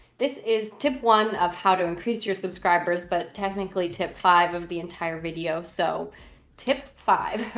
this is tip one of how to increase your subscribers, but technically tip five of the entire video. so tip five,